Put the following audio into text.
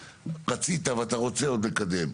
שרצית ואתה עוד רוצה לקדם.